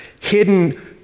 hidden